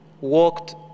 walked